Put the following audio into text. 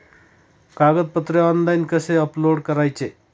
कागदपत्रे ऑनलाइन कसे अपलोड करायचे?